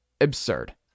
absurd